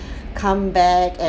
come back and